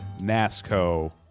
nasco